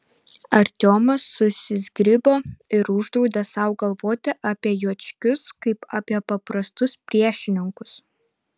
artiomas susizgribo ir uždraudė sau galvoti apie juočkius kaip apie paprastus priešininkus